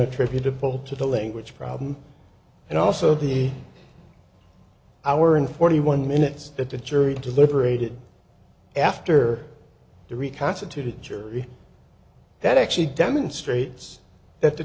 attributable to the language problem and also the hour and forty one minutes that the jury deliberated after the reconstituted jury that actually demonstrates that the